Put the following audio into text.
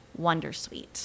Wondersuite